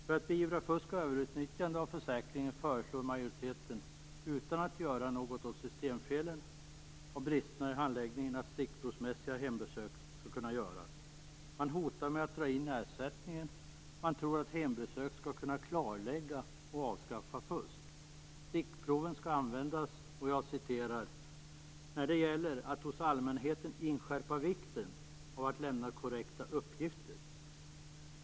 För att beivra fusk och överutnyttjande av försäkringen föreslår majoriteten, utan att göra något åt systemfelen och bristerna i handläggningen, att stickprovsmässiga hembesök skall kunna göras. Man hotar med att dra in ersättningen och man tror att hembesök skall kunna klarlägga och avskaffa fusk. Enligt skrivningen skall stickproven användas: "- när det gäller att hos allmänheten inskärpa vikten av att lämna korrekta uppgifter."